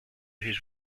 his